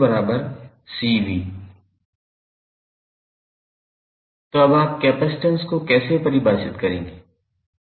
तो अब आप कपसिटंस को कैसे परिभाषित करेंगे